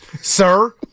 sir